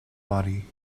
body